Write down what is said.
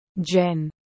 Jen